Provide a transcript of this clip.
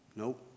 Nope